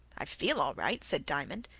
i feel all right, said diamond,